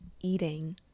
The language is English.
eating